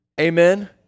Amen